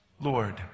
Lord